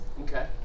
Okay